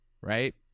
right